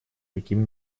каким